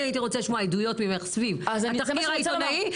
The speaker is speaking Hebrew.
אני הייתי רוצה לשמוע עדויות ממך סביב התחקיר העיתונאי,